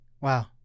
Wow